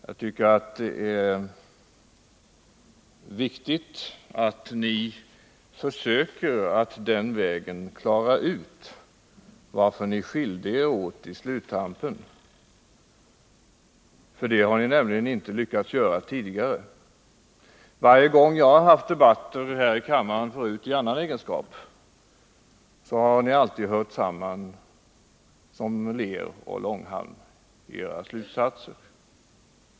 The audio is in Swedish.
Jag tycker att det är viktigt att ni försöker att den vägen klara ut varför ni skilde er åt på slutet. Det har ni nämligen inte lyckats göra tidigare. Varje gång jag har haft debatter här i kammaren förut i annan egenskap har ni alltid hört samman som ler och långhalm i era slutsatser.